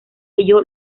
ello